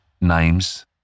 Names